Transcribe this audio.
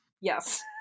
yes